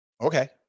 Okay